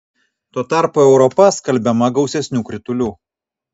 tuo tarpu europa skalbiama gausesnių kritulių